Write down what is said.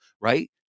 right